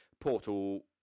Portal